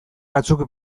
batzuk